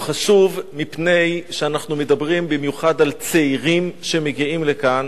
הוא חשוב מפני שאנחנו מדברים במיוחד על צעירים שמגיעים לכאן,